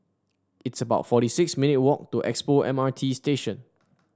it's about forty six minute walk to Expo M R T Station